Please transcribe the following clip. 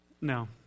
No